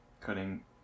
cutting